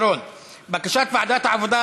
בקשת ועדת העבודה,